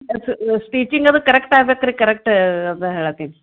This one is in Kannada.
ಸ್ಟಿಚಿಂಗ್ ಅದು ಕರೆಕ್ಟ್ ಆಗ್ಬೇಕು ರೀ ಕರೆಕ್ಟ್ ಅದೇ ಹೇಳಾತೀನಿ